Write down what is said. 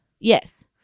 Yes